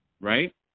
right